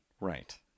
right